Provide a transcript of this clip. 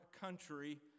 country